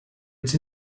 its